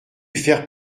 faire